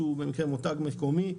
שהוא מותג מקומי,